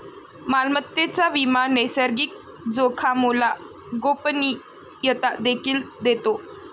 मालमत्तेचा विमा नैसर्गिक जोखामोला गोपनीयता देखील देतो